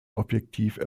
objektiv